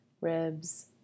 ribs